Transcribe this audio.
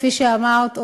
כפי שאמרת,